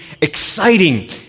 exciting